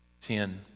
Ten